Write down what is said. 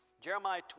Jeremiah